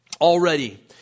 Already